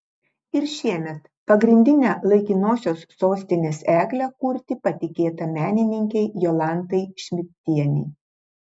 ir šiemet pagrindinę laikinosios sostinės eglę kurti patikėta menininkei jolantai šmidtienei